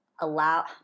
allow